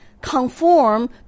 conform